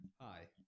hi